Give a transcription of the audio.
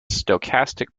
stochastic